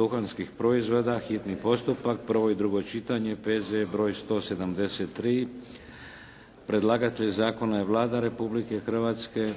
duhanskih proizvoda, hitni postupak, prvo i drugo čitanje, P.Z.E. br. 173 Predlagatelj zakona je Vlada Republike Hrvatske.